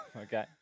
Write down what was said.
Okay